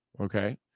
Okay